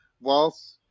whilst